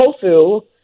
tofu